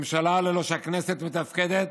ממשלה בלי שהכנסת מתפקדת